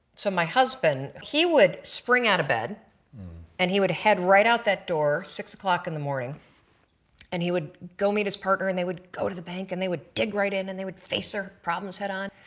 so my husband he would spring out of bed and he would head right out that door six o'clock in the morning and he would go meet his partner and they would go to the bank and they would dig right in and they would face their problems head on.